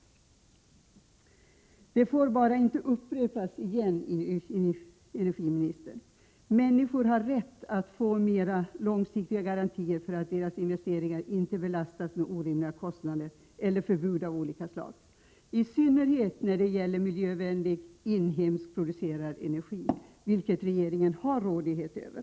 Detta får inte upprepas, energiministern. Människor har rätt att få mera långsiktiga garantier för att deras investeringar inte skall belastas med orimliga kostnader eller förbud av olika slag, i synnerhet när det gäller miljövänlig, inhemskt producerad energi som regeringen har rådighet över.